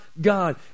god